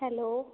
hello